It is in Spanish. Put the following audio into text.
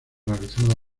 realizadas